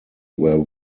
were